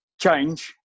change